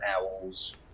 owls